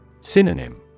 Synonym